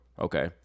Okay